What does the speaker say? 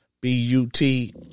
B-U-T